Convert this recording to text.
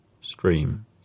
stream